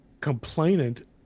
complainant